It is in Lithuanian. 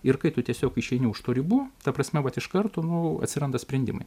ir kai tu tiesiog išeini už tų ribų ta prasme vat iš karto nu atsiranda sprendimai